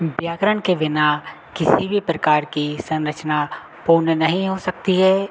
व्याकरण के बिना किसी भी प्रकार की संरचना पूर्ण नहीं हो सकती है